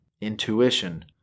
intuition